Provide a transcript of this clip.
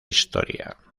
historia